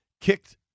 kicked